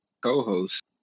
co-host